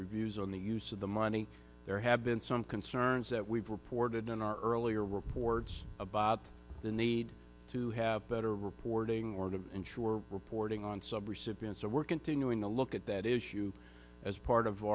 reviews on the use of the money there have been some concerns that we've reported on our earlier reports about the need to have better reporting or to ensure reporting on sub recipients of work continuing to look at that issue as part of